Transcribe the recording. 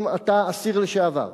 אם אתה אסיר לשעבר,